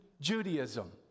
Judaism